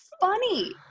funny